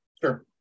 Sure